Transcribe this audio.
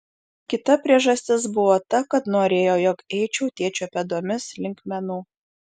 kita priežastis buvo ta kad norėjo jog eičiau tėčio pėdomis link menų